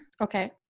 Okay